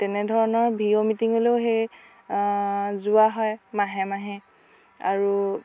তেনেধৰণৰ ভিঅ' মিটিঙলৈও সেই যোৱা হয় মাহে মাহে আৰু